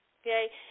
okay